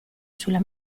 sulla